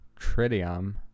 tritium